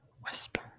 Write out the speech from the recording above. whisper